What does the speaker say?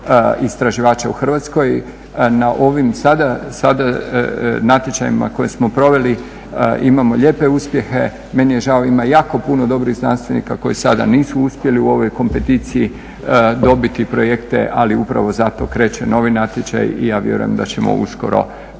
istraživača u Hrvatskoj. Na ovim sada natječajima koje smo proveli imamo lijepe uspjehe. Meni je žao, ima jako puno dobrih znanstvenika koji sada nisu uspjeli u ovoj kompeticiji dobiti projekte ali upravo zato kreće novi natječaj i ja vjerujem da ćemo uskoro